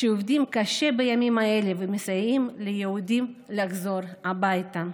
שעובדים קשה בימים האלה ומסייעים ליהודים לחזור הביתה.